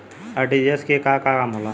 RTGS के का काम होला?